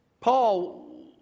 Paul